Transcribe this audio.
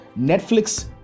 Netflix